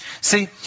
See